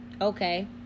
Okay